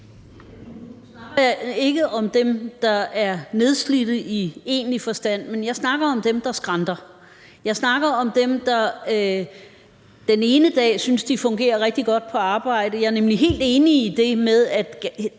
Nu snakker jeg ikke om dem, der er nedslidte i egentlig forstand, men jeg snakker om dem, der skranter. Jeg snakker om dem, der nogle dage synes, de fungerer rigtig godt på arbejdet. Jeg er nemlig helt enig i det med, at